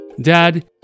dad